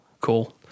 Cool